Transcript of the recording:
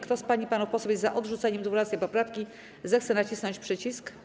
Kto z pań i panów posłów jest za odrzuceniem 12. poprawki, zechce nacisnąć przycisk.